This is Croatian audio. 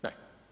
Ne.